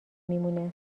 میمونه